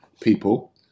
people